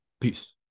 Peace